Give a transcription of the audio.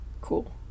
cool